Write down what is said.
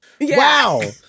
Wow